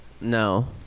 no